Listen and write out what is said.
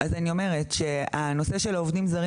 אז אני אומרת שהנושא של העובדים הזרים